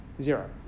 Zero